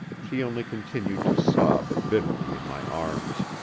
she only continued to sob bitterly in my arms.